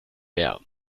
mehr